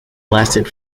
lasted